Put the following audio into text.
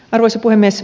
arvoisa puhemies